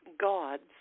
gods